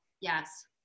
Yes